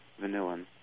vanillin